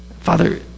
Father